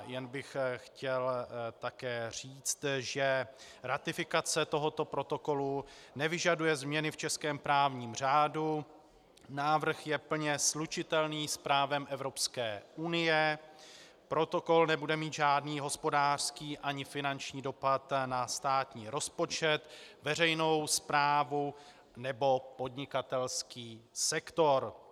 Jen bych chtěl také říct, že ratifikace tohoto protokolu nevyžaduje změny v českém právním řádu, návrh je plně slučitelný s právem Evropské unie, protokol nebude mít žádný hospodářský ani finanční dopad na státní rozpočet, veřejnou správu nebo podnikatelský sektor.